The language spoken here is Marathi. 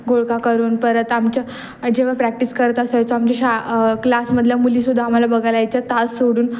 घोळका करून परत आमच्या जेव्हा प्रॅक्टिस करत असायचो आमच्या शा क्लासमधल्या मुली सुद्धा आम्हाला बघायला यायच्या तास सोडून